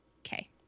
Okay